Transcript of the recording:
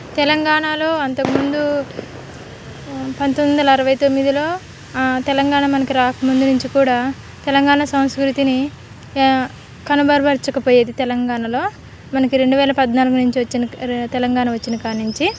తెలంగాణలో అంతకుముందు పంతొమ్మిది వందల అరవై తొమ్మిదిలో తెలంగాణ మనకి రాకముందు నుంచి కూడా తెలంగాణ సంస్కృతిని కనుబర్చకపోయేది తెలంగాణలో మనకి రెండు వేల పద్నాలుగు నుంచి వచ్చిన తెలంగాణ వచ్చిన కాడి నుంచి